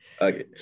Okay